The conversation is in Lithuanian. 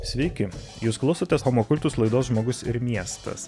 sveiki jūs klausotės homo kurtus laidos žmogus ir miestas